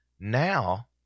now